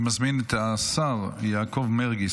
אני מזמין את השר יעקב מרגי,